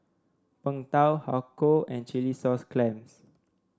Png Tao Har Kow and Chilli Sauce Clams